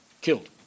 killed